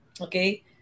Okay